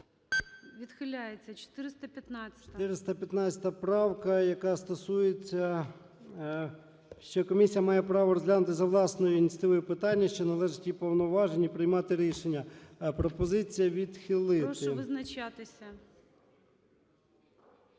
ЧЕРНЕНКО О.М. 415 правка, яка стосується, що комісія має право розглянути за власною ініціативою питання, що належить до її повноважень, і приймати рішення. Пропозиція відхилити. ГОЛОВУЮЧИЙ. Прошу визначатися.